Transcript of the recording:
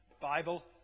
Bible